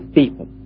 people